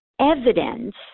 evidence